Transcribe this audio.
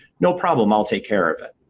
no problem. i'll take care of it.